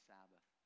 Sabbath